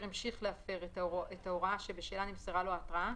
והפרה חוזרתהמשיך להפר את ההוראה שבשלה נמסרה לו ההתראה,